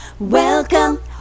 Welcome